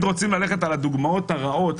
תמיד רוצים ללכת על הדוגמאות הרעות,